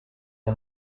the